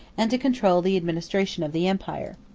and to control the administration of the empire.